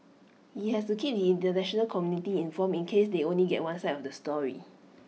he has to keep International community informed in case they only get one side of the story